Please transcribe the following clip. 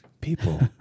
people